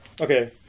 Okay